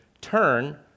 turn